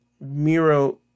Miro